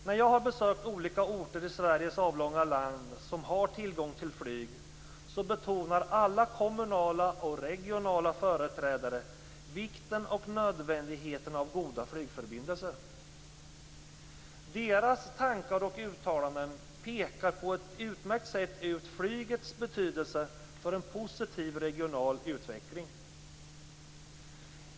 När jag har besökt olika orter i Sveriges avlånga land som har tillgång till flyg betonar alla kommunala och regionala företrädare vikten och nödvändigheten av goda flygförbindelser. Deras tankar och uttalanden pekar på ett utmärkt sätt ut flygets betydelse för en positiv regional utveckling.